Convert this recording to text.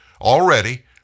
Already